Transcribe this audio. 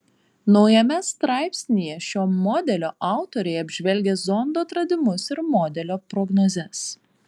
naujame straipsnyje šio modelio autoriai apžvelgia zondo atradimus ir modelio prognozes